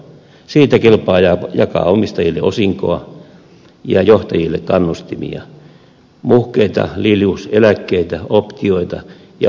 siitä kelpaa jakaa omistajille osinkoa ja johtajille kannustimia muhkeita lilius eläkkeitä optioita ja osakepalkkioita